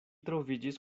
troviĝis